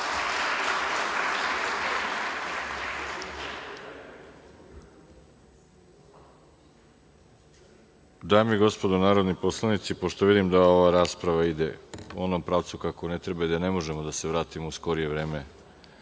Dame i gospodo narodni poslanici, pošto vidim da ova rasprava ide u pravcu kako ne treba, ne možemo da se vratimo u skorije vreme